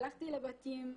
הלכתי לבתים,